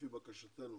לפי בקשתנו,